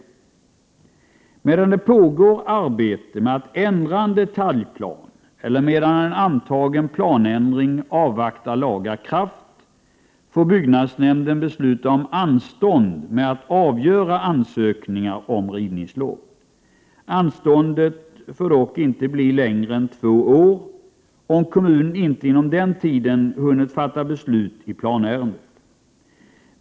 Medan det pågår arbete med att ändra en detaljplan eller medan en antagen planändring avvaktar laga kraft, får byggnadsnämnden besluta om anstånd med att avgöra ansökningar om rivningslov. Anståndet får dock inte bli längre än två år, om kommunen inte inom den tiden hunnit fatta beslut i planärendet.